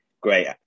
great